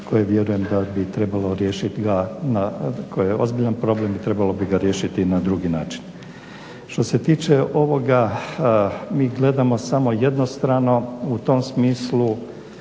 i trebalo bi ga riješiti na drugi način. Što se tiče ovoga mi gledamo samo jednostrano, u tom smislu